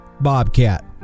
Bobcat